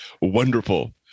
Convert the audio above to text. wonderful